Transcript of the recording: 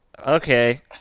Okay